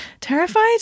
Terrified